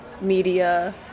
media